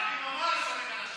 אני ממש הורג אנשים.